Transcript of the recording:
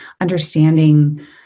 understanding